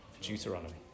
Deuteronomy